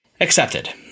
accepted